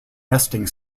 nesting